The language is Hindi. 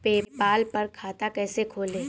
पेपाल पर खाता कैसे खोलें?